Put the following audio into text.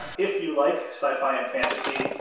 if you like sci-fi and fantasy,